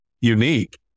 unique